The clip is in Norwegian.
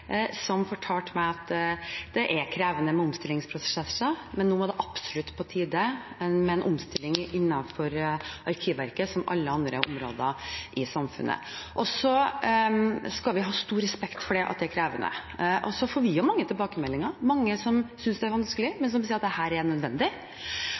som fortalte meg at det er krevende med omstillingsprosesser, men nå var det absolutt på tide med en omstilling innenfor Arkivverket, som på alle andre områder i samfunnet. Så skal vi ha stor respekt for at det er krevende. Vi får også mange tilbakemeldinger. Det er mange som synes det er vanskelig,